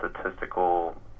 statistical